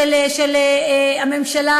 הממשלה,